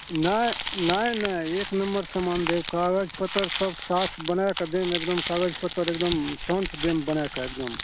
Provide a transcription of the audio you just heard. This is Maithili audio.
नहि नहि नहि एक नम्बर सामान देब कागज पत्तर सब साफ बना कऽ देब एकदम कागज पत्तर एकदम टंच देम बनाकऽ एकदम